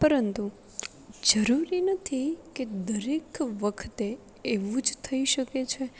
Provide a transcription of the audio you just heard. પરંતુ જરૂરી નથી કે દરેક વખતે એવું જ થઈ શકે છે